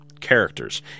characters